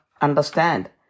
understand